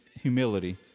humility